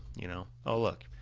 you know? oh look,